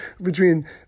between-